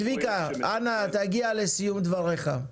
צביקה, אנא תגיע לסיום דבריך.